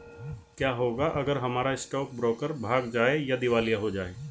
क्या होगा अगर हमारा स्टॉक ब्रोकर भाग जाए या दिवालिया हो जाये?